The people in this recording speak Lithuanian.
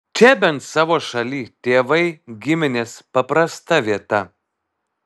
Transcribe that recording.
čia bent savo šalyj tėvai giminės paprasta vieta